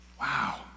Wow